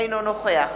אינו נוכח